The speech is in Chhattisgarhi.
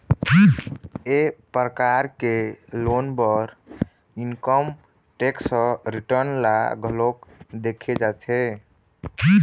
ए परकार के लोन बर इनकम टेक्स रिटर्न ल घलोक देखे जाथे